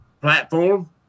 platform